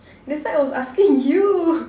that's why I was asking you